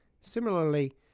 Similarly